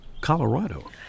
Colorado